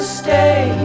stay